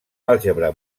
àlgebra